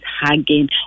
hugging